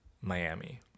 miami